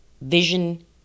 vision